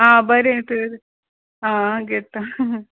आं बरें तर आं घेता